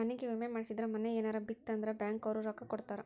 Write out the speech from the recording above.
ಮನಿಗೇ ವಿಮೆ ಮಾಡ್ಸಿದ್ರ ಮನೇ ಯೆನರ ಬಿತ್ ಅಂದ್ರ ಬ್ಯಾಂಕ್ ಅವ್ರು ರೊಕ್ಕ ಕೋಡತರಾ